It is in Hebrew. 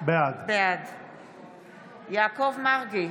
בעד יעקב מרגי,